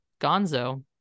gonzo